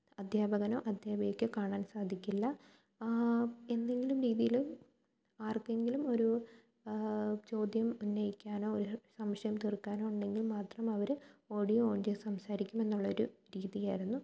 അദ്ധ്യാപകനോ അദ്ധ്യപികക്കോ കാണാന് സാധിക്കില്ല എന്തെങ്കിലും രീതിയിൽ ആര്ക്കെങ്കിലും ഒരു ചോദ്യം ഉന്നയിക്കാനോ ഒരു സംശയം തീര്ക്കാനോ ഉണ്ടെങ്കില് മാത്രം അവർ ഓഡിയോ ഓണ് ചെയ്ത് സംസാരിക്കുമെന്നുള്ള ഒരു രീതി ആയിരുന്നു